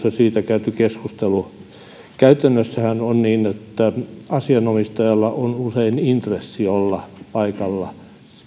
ja siitä käyty keskustelu käytännössähän on niin että asianomistajalla on usein intressi olla paikalla